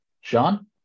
Sean